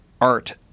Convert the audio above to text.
art